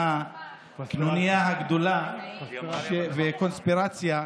מהקנוניה הגדולה והקונספירציה.